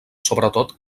sobretot